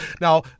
Now